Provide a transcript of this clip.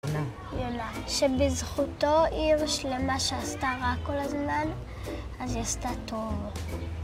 יונה, שבזכותו עיר שלמה שעשתה רע כל הזמן, אז היא עשתה טוב.